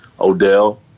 Odell